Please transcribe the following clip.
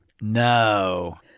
no